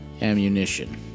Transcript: ammunition